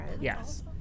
Yes